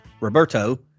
Roberto